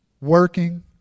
working